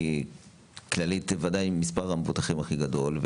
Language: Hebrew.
כי כללית היא הקופה עם מספר המבוטחים הכי גדול,